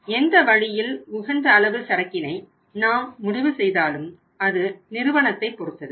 எனவே எந்த வழியில் உகந்த அளவு சரக்கினை நாம் முடிவு செய்தாலும் அது நிறுவனத்தைப் பொறுத்தது